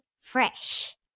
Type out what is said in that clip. Fresh